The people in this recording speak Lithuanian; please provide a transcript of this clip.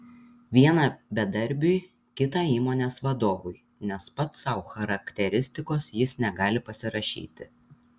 vieną bedarbiui kitą įmonės vadovui nes pats sau charakteristikos jis negali pasirašyti